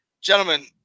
Gentlemen